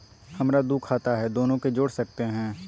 हमरा दू खाता हय, दोनो के जोड़ सकते है?